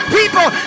people